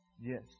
Yes